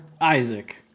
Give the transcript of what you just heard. Isaac